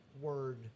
word